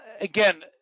again